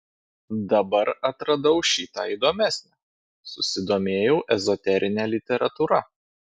dabar atradau šį tą įdomesnio susidomėjau ezoterine literatūra